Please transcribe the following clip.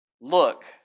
look